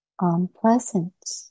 unpleasant